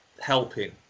helping